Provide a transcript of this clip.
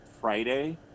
Friday